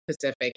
Pacific